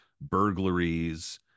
burglaries